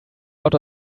out